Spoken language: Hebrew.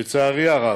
לצערי הרב,